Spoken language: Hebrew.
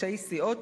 ראשי סיעות,